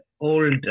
old